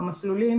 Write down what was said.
המסלולים,